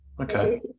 okay